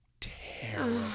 terrible